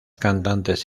cantantes